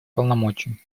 полномочий